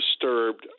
disturbed